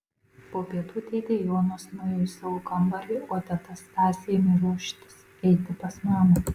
po pietų dėdė jonas nuėjo į savo kambarį o teta stasė ėmė ruoštis eiti pas mamą